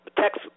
text